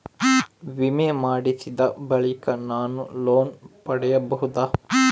ವಿಮೆ ಮಾಡಿಸಿದ ಬಳಿಕ ನಾನು ಲೋನ್ ಪಡೆಯಬಹುದಾ?